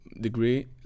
degree